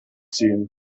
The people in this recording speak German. ziehen